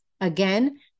Again